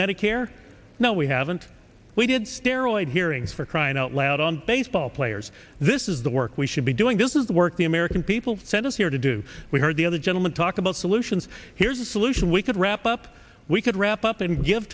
medicare now we haven't we did steroids hearings for crying out loud on baseball players this is the work we should be doing this is the work the american people sent us here to do we heard the other gentleman talk about solutions here's a solution we could wrap up we could wrap up and give